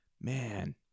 man